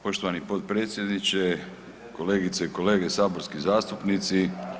Poštovani potpredsjedniče, kolegice i kolege saborski zastupnici.